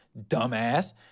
dumbass